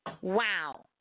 Wow